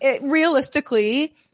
realistically